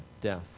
death